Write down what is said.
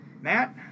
Matt